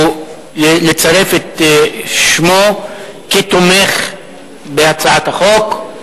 לצרף את שמו כתומך בהצעת החוק.